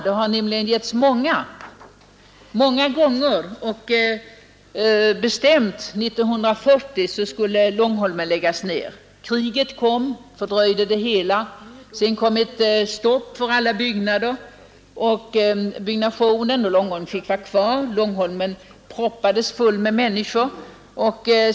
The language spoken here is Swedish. Den har nämligen ställts många gånger, och det har till och med varit bestämt att Långholmen skulle läggas ned år 1940. Kriget kom emellan och fördröjde det hela, och sedan blev det stopp för allt byggande. Långholmen fick vara kvar och proppades fullt med människor.